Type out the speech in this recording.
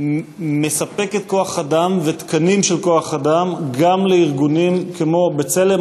מספקת כוח-אדם ותקנים של כוח-אדם גם לארגונים כמו "בצלם".